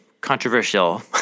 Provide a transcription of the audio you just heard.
controversial